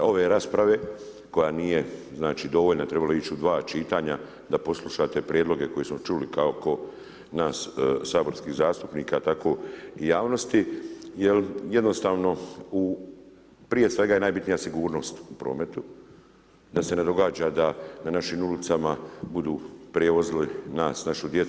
ove rasprave, koja nije dovoljna, trebala je ići u 2 čitanja da poslušate prijedloge koje smo čuli, kako nas saborskih zastupnika, tako i javnosti, jer jednostavno, prije svega najbitnija je sigurnost u prometu, da se ne događa da na našim ulicama budu prevozili nas, našu djecu.